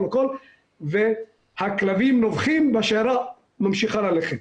אבל הכלבים נובחים והשיירה ממשיכה ללכת.